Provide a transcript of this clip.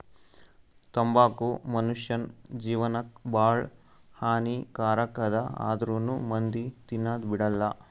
ತಂಬಾಕು ಮುನುಷ್ಯನ್ ಜೇವನಕ್ ಭಾಳ ಹಾನಿ ಕಾರಕ್ ಅದಾ ಆಂದ್ರುನೂ ಮಂದಿ ತಿನದ್ ಬಿಡಲ್ಲ